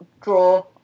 draw